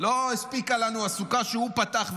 לא הספיקה לנו הסוכה שהוא פתח,